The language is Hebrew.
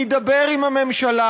נידבר עם הממשלה.